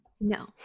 No